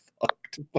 fucked